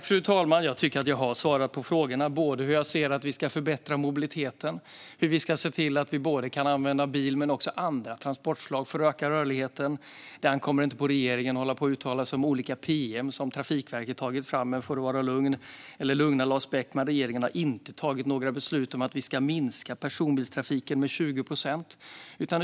Fru talman! Jag tycker att jag har svarat på frågorna om hur jag anser att vi ska förbättra mobiliteten och hur vi ska se till att vi kan använda såväl bil som andra transportslag för att öka rörligheten. Det ankommer inte på regeringen att hålla på och uttala sig om olika pm som Trafikverket tagit fram, men för att lugna Lars Beckman kan jag säga att regeringen inte har tagit några beslut om att vi ska minska personbilstrafiken med 20 procent.